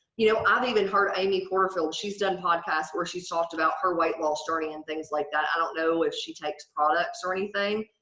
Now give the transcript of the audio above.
you know i've even heard amy porterfield. she's done podcasts where she's talked about her weight loss story and things like that. i don't know if she takes products or anything.